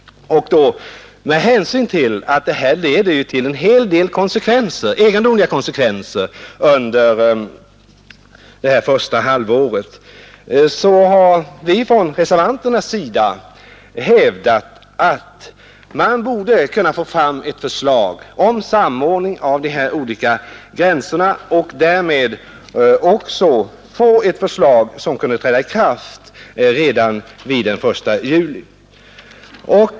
Med hänsyn till att dessa olika åldersgränser kan leda till en hel del egendomliga konsekvenser under det första halvåret har vi från reservanternas sida hävdat att man borde kunna få fram ett förslag om samordning av de olika gränserna som kunde träda i kraft redan den 1 juli.